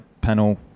panel